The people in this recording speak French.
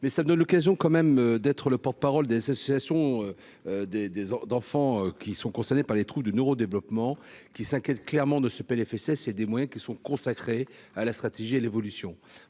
mais ça ne l'occasion quand même d'être le porte-parole des associations des des enfants qui sont concernés par les trous du neuro-développement. Qui s'clairement de ce Plfss et des moyens qui sont consacrés à la stratégie et l'évolution